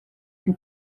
què